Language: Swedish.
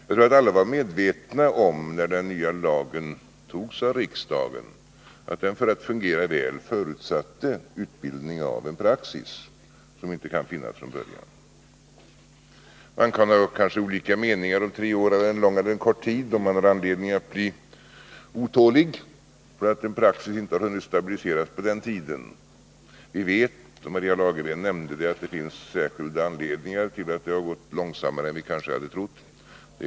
Jag tror att alla, i samband med att den nya lagen antogs av riksdagen, var medvetna om att en förutsättning för att den skulle fungera väl var att en praxis, som inte kan finnas från början, skulle komma att utbildas. Man kan kanske ha olika meningar om huruvida tre år är en lång eller kort tid och om man har anledning att bli otålig över att en praxis inte har hunnit stabiliseras. Vi vet, och Maria Lagergren nämnde det, att det finns särskilda anledningar till att det har gått långsammare än vad vi kanske hade trott att det skulle göra.